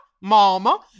Mama